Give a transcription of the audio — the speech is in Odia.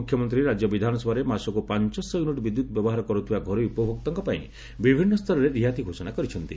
ମୁଖ୍ୟମନ୍ତ୍ରୀ ରାଜ୍ୟ ବିଧାନସଭାରେ ମାସକୁ ପାଞ୍ଚଶହ ୟୁନିଟ୍ ବିଦ୍ୟୁତ୍ ବ୍ୟବହାର କରୁଥିବା ଘରୋଇ ଉପଭୋକ୍ତାଙ୍କ ପାଇଁ ବିଭିନ୍ନ ସ୍ତରରେ ରିହାତି ଘୋଷଣା କରିଛନ୍ତି